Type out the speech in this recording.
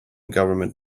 government